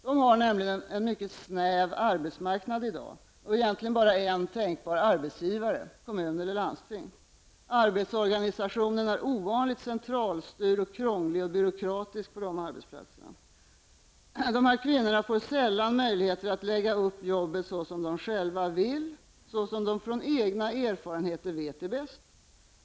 De har nämligen en mycket snäv arbetsmarknad i dag och egentligen bara en tänkbar arbetsgivare -- kommun eller landsting. Arbetsorganisationen är ovanligt centralstyrd, krånlig och byråkratisk på dessa arbetsplatser. De här kvinnorna får sällan möjligheter att lägga upp jobbet så som de själva vill och på det sätt som de av egna erfarenheter vet är bäst.